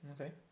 Okay